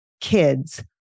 kids